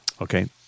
Okay